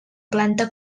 planta